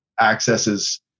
accesses